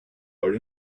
are